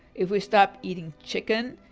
if we stop eating chicken,